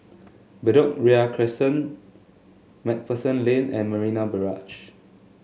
Bedok Ria Crescent MacPherson Lane and Marina Barrage